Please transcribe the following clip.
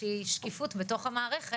איזו שהיא בעייתיות שאין כאן שקיפות בתוך המערכת.